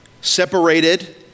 Separated